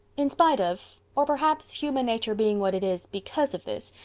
in spite of. or perhaps, human nature being what it is, because of. this,